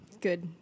Good